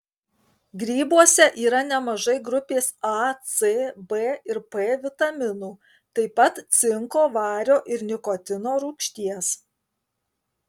grybuose yra nemažai grupės a c b ir p vitaminų taip pat cinko vario ir nikotino rūgšties